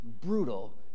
brutal